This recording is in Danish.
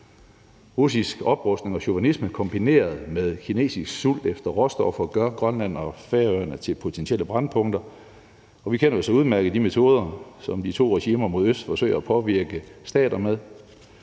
Russisk oprustning og chauvinisme kombineret med kinesisk sult efter råstoffer gør Grønland og Færøerne til potentielle brændpunkter, og vi kender jo så udmærket til de metoder, som de to regimer mod øst forsøger at påvirke stater med.